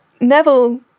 Neville